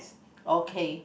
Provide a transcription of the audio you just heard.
okay